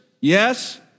yes